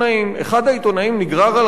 אחד העיתונאים נגרר על הרצפה,